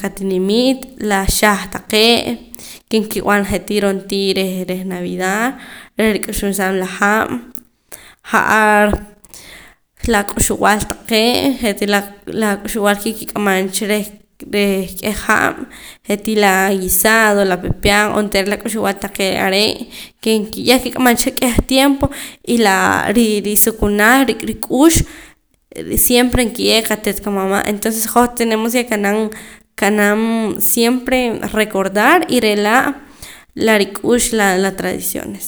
qatinimiit la xaj taqee' ke nkib'an je'tii ro'ntii reh reh navidad reh rik'uxunsaam la haab' ja'ar la k'uxb'al taqee' je'tii la la k'uxb'al ke kik'amam cha reh reh k'eh haab' je'tii la guisado la pepian onteera la k'uxb'al taqee' ke yah kik'amam cha k'eh tiempo y laa ri risuqunaal rek' rik'ux siempre kiye' qate't qamama' entonces hoj tenemos ke qa'nab' qa'nab' siempre recordar y re' laa' rik'ux la la tradiciones